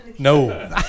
No